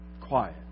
quiet